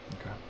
Okay